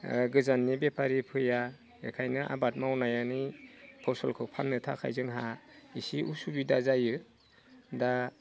गोजाननि बेफारि फैया बेखायनो आबाद मावनानै फसलखौ फाननो थाखाय जोंहा एसे उसुबिदा जायो दा